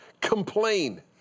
Complain